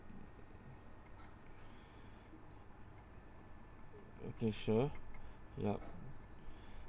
okay sure yup